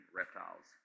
reptiles